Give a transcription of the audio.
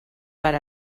per